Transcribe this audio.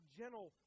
gentle